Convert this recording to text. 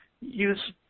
use